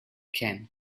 can